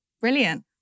Brilliant